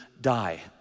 die